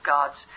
God's